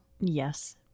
Yes